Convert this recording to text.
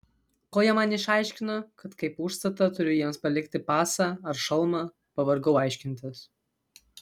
kol jie man išaiškino kad kaip užstatą turiu jiems palikti pasą ar šalmą pavargau aiškintis